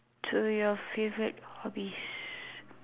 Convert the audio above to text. to your favourite hobbies